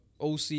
OC